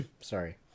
Sorry